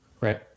Right